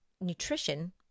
nutrition